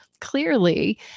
clearly